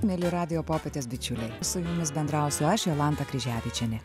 mieli radijo popietės bičiuliai su jumis bendrausiu aš jolanta kryževičienė